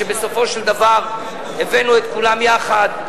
שבסופו של דבר הבאנו את כולם יחד,